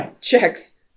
checks